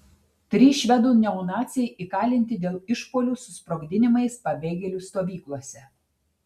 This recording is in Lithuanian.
trys švedų neonaciai įkalinti dėl išpuolių su sprogdinimais pabėgėlių stovyklose